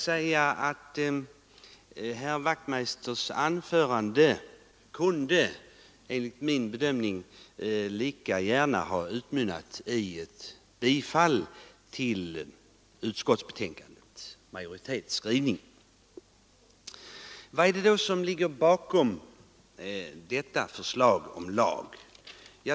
Herr Wachtmeisters anförande kunde enligt min bedömning lika gärna ha utmynnat i ett yrkande om bifall till utskottsmajoritetens hemställan. Vad är det då som ligger bakom detta lagförslag?